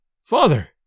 Father